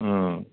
ꯎꯝ